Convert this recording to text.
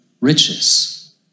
riches